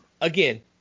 again